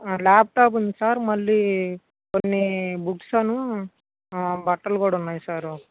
laptop ఉంది sir మళ్ళీ కొన్ని బుక్సను బట్టలు కూడా ఉన్నాయి సార్